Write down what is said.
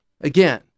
Again